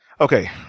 Okay